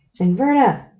Inverna